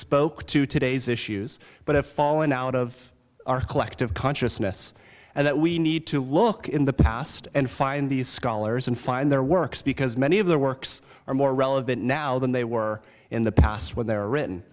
spoke to today's issues but have fallen out of our collective consciousness and that we need to look in the past and find these scholars and find their works because many of their works are more relevant now than they were in the past when they were written